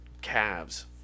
calves